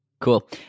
Cool